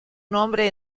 nombre